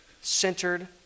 centered